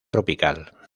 tropical